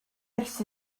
ers